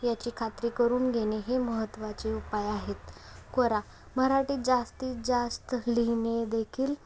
याची खात्री करून घेणे हे महत्त्वाचे उपाय आहेत क्वरा मराठीत जास्तीत जास्त लिहिणे देखील